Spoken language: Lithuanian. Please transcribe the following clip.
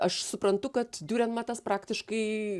aš suprantu kad diurenmatas praktiškai